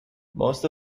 most